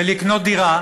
ולקנות דירה,